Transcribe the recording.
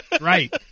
Right